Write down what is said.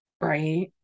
right